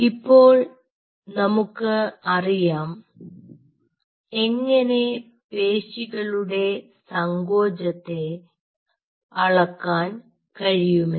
ഇപ്പോൾ നമുക്ക് അറിയാം എങ്ങനെ പേശികളുടെ സങ്കോചത്തെ അളക്കാൻ കഴിയുമെന്ന്